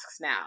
now